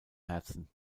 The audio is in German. herzen